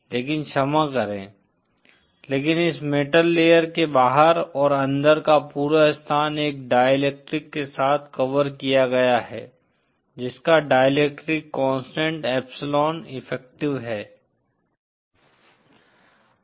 लेकिन क्षमा करें लेकिन इस मेटल लेयर के बाहर और अंदर का पूरा स्थान एक डाईइलेक्ट्रिक के साथ कवर किया गया है जिसका डाईइलेक्ट्रिक कांस्टेंट एप्सिलोन इफेक्टिव है